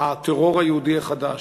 "הטרור היהודי החדש".